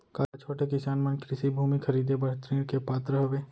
का छोटे किसान मन कृषि भूमि खरीदे बर ऋण के पात्र हवे?